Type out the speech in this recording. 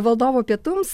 valdovo pietums